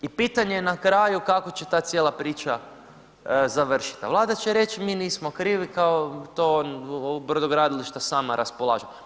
I pitanje je nakraju kako će ta cijela priča završiti, a Vlada će reć mi nismo krivi kao to brodogradilišta sama raspolažu.